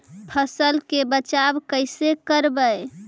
फसल के बचाब कैसे करबय?